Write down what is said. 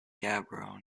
gabbro